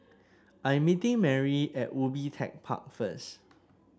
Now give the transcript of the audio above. I'm meeting Merry at Ubi Tech Park first